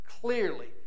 clearly